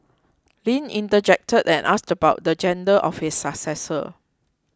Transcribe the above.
Lin interjected and asked about the gender of his successor